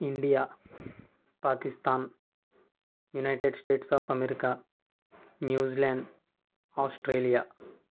India Pakistan United States of America New Zealand Australia